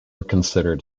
considered